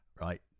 right